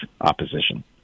opposition